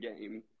game